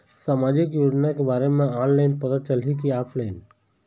सामाजिक योजना के बारे मा ऑनलाइन पता चलही की ऑफलाइन?